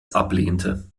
ablehnte